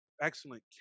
excellent